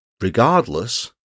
Regardless